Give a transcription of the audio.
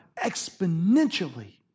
exponentially